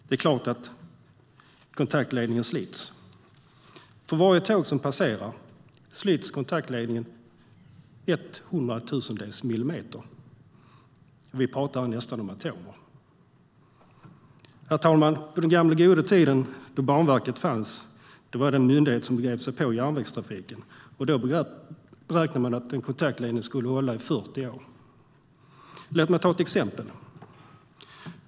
Det är klart att kontaktledningen slits. För varje tåg som passerar slits kontaktledningen en hundratusendels millimeter. Vi pratar nästan om atomer. Herr talman! På den gamla, goda tiden, då Banverket fanns, var det en myndighet som begrep sig på järnvägstrafiken, och då beräknade man att en kontaktledning skulle hålla i 40 år. Låt mig ta ett exempel.